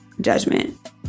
judgment